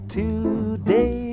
today